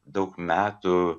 daug metų